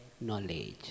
knowledge